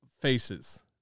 faces